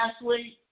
athlete